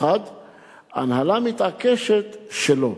מחד גיסא, ההנהלה מתעקשת שלא.